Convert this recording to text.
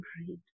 read